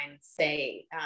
say